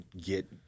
get